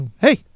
Hey